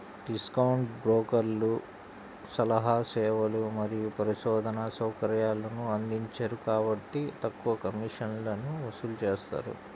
discount బ్రోకర్లు సలహా సేవలు మరియు పరిశోధనా సౌకర్యాలను అందించరు కాబట్టి తక్కువ కమిషన్లను వసూలు చేస్తారు